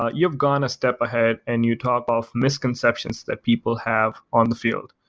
ah you've gone a step ahead and you talk of misconceptions that people have on the field.